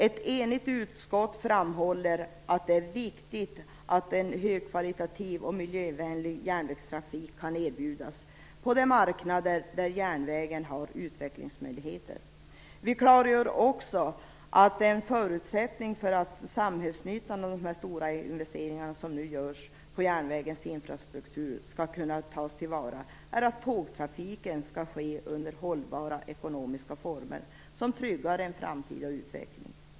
Ett enigt utskott framhåller att det är viktigt att en högkvalitativ och miljövänlig järnvägstrafik kan erbjudas på de marknader där järnvägen har utvecklingsmöjligheter. Vi klargör också att en förutsättning för att samhällsnyttan av de stora investeringar som nu görs på järnvägens infrastruktur skall kunna tas till vara är att tågtrafiken skall ske under hållbara ekonomiska former, som tryggar en framtida utveckling.